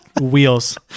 wheels